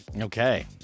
Okay